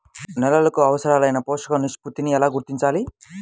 నేలలకు అవసరాలైన పోషక నిష్పత్తిని ఎలా గుర్తించాలి?